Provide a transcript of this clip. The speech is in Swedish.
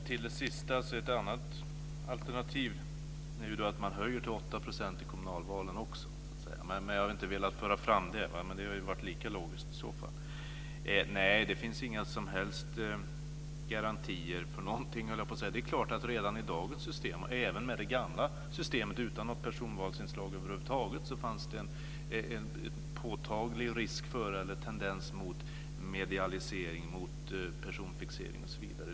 Fru talman! Ett annat alternativ är att höja till 8 % i kommunalvalen också. Jag har inte velat föra fram det förslaget, men det hade varit lika logiskt. Nej, det finns inga som helst garantier för någonting. Det är klart att det redan i dagens system - även i det gamla systemet utan något personvalsinslag över huvud taget - finns en påtaglig risk för och tendens mot medialisering, mot personfixering.